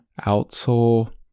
outsole